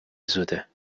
زوده